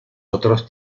otros